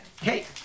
Hey